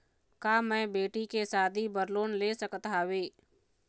का मैं बेटी के शादी बर लोन ले सकत हावे?